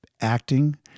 Acting